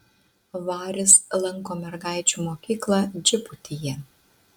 varis lanko mergaičių mokyklą džibutyje